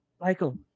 Michael